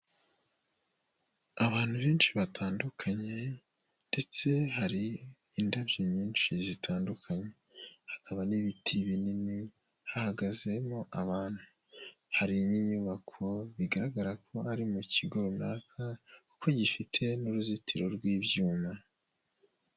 Abantu benshi batandukanye ndetse hari indabyo nyinshi zitandukanye, hakaba n'ibiti binini, hahagazemo abantu, hari n'inyubako, bigaragara ko ari mu kigo runaka kuko gifite n'uruzitiro rw'ibyuma.